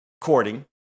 courting